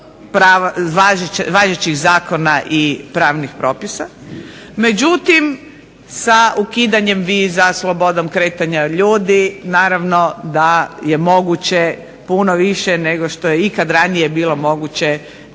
važećih zakona i pravnih propisa. Međutim, sa ukidanjem viza, slobodom kretanja ljudi naravno da je moguće puno više nego što je ikad ranije bilo moguće